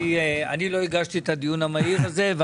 אני לא הגשתי את הדיון המהיר הזה.